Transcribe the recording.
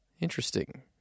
Interesting